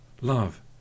love